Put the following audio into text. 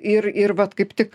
ir ir vat kaip tik